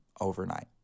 overnight